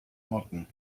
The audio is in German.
motten